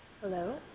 Hello